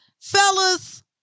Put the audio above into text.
Fellas